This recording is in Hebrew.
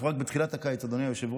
אנחנו רק בתחילת הקיץ, אדוני היושב-ראש.